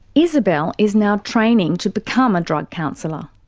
isabelle is now training to become a drug counsellor.